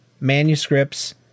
manuscripts